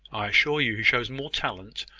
i assure you he shows more talent,